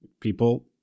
People